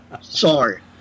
Sorry